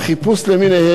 הוא העלה חרס.